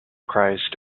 christ